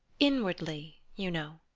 inwardly, you know?